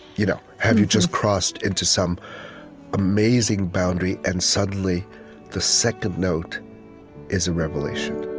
you know have you just crossed into some amazing boundary and suddenly the second note is a revelation?